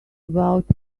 about